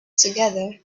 together